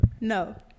No